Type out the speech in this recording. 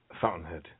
Fountainhead